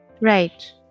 Right